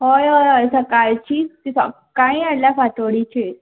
हय हय हय सकाळचींच ती सक्काळीं हाडल्या फांतोडेचेर